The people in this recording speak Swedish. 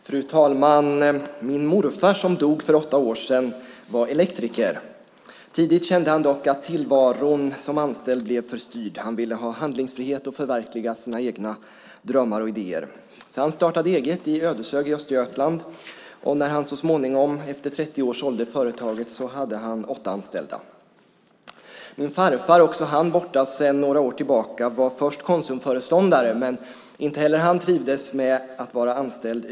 Fru talman! Min morfar, som dog för åtta år sedan, var elektriker. Tidigt kände han dock att tillvaron som anställd blev för styrd. Han ville ha handlingsfrihet och förverkliga sina drömmar och idéer. Han startade därför eget i Ödeshög i Östergötland, och efter 30 år hade han åtta anställda i företaget. Min farfar, också han borta sedan några år, var först Konsumföreståndare, men inte heller han trivdes med att vara anställd.